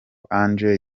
ange